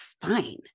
fine